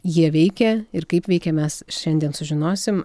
jie veikia ir kaip veikia mes šiandien sužinosim